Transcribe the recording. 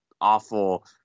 awful